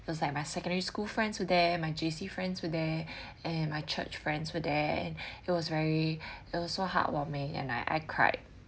cause like my secondary school friends were there my J_C friends were there and my church friends were there and it was very it was so heartwarming and I I cried